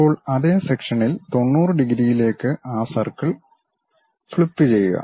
ഇപ്പോൾ അതേ സെക്ഷനിൽ 90 ഡിഗ്രിയിലേക്ക് ആ സർക്കിൾ ഫ്ലിപ്പുചെയ്യുക